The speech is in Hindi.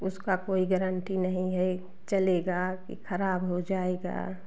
उसका कोई ग्रांटी नहीं है चलेगा कि ख़राब हो जाएगा